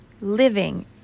living